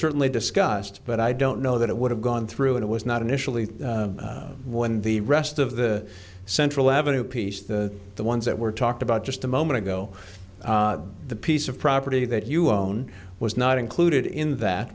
certainly discussed but i don't know that it would have gone through it was not initially when the rest of the central avenue piece that the ones that were talked about just a moment ago the piece of property that you own was not included in that